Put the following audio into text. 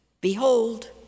behold